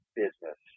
business